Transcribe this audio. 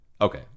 Okay